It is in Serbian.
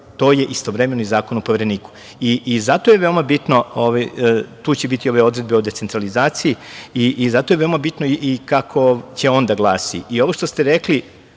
to je istovremeno zakon o Povereniku. I zato je veoma bitno, tu će biti ove odredbe o decentralizaciji, i zato je veoma bitno i kako će on da glasi. Ovo što ste rekli